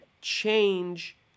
change